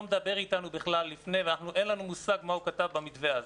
מדבר איתנו בכלל לפני ואין לנו מושג מה הוא כתב במתווה הזה.